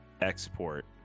export